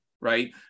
right